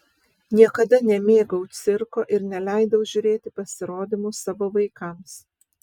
niekada nemėgau cirko ir neleidau žiūrėti pasirodymų savo vaikams